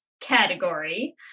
category